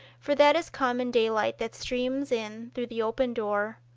for that is common daylight that streams in through the open door,